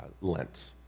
lent